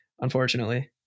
unfortunately